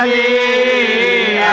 a